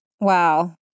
Wow